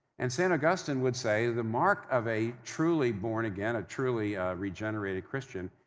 and st. augustine would say, the mark of a truly born again, a truly regenerated christian,